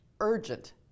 urgent